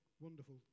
wonderful